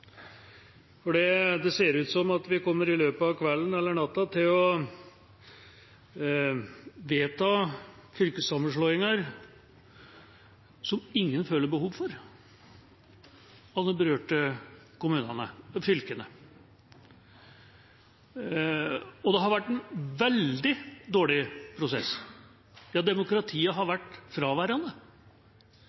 dag, for det ser ut som at vi i løpet av kvelden, eller natta, kommer til å vedta fylkessammenslåinger som ingen av de berørte kommunene eller fylkene føler behov for. Det har vært en veldig dårlig prosess. Ja, demokratiet har vært fraværende